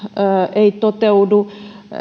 ei toteudu